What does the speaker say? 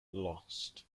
lost